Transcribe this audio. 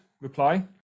reply